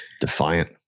defiant